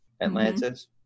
Atlantis